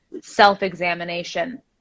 self-examination